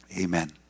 Amen